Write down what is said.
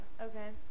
Okay